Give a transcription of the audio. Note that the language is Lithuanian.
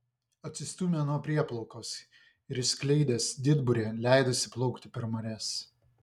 atsistūmė nuo prieplaukos ir išskleidęs didburę leidosi plaukti per marias